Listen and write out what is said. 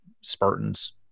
Spartans